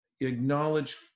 acknowledge